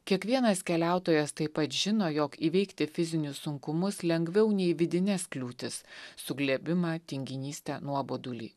kiekvienas keliautojas taip pat žino jog įveikti fizinius sunkumus lengviau nei vidines kliūtis suglebimą tinginystę nuobodulį